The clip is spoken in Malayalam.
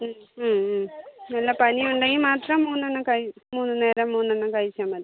ഉം ഉം ഉം നല്ല പനി ഉണ്ടെങ്കിൽ മാത്രം മൂന്ന് എണ്ണം മൂന്ന് നേരം മൂന്ന് എണ്ണം കഴിച്ചാൽ മതി